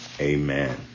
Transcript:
Amen